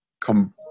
come